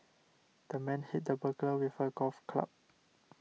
the man hit the burglar with a golf club